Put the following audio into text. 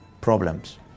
problems